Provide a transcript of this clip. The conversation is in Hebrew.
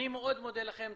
אני מאוד מודה לכם,